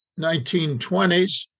1920s